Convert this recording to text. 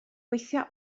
gweithio